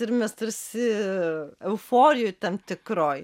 ir mes tarsi euforijoj tam tikroj